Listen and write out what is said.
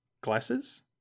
glasses